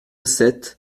sept